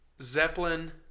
Zeppelin